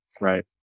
right